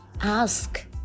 ask